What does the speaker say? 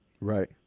Right